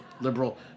liberal